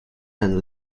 and